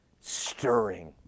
stirring